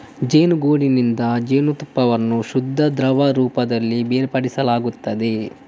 ಜೇನುಗೂಡಿನಿಂದ ಜೇನುತುಪ್ಪವನ್ನು ಶುದ್ಧ ದ್ರವ ರೂಪದಲ್ಲಿ ಬೇರ್ಪಡಿಸಲಾಗುತ್ತದೆ